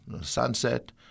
Sunset